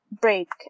break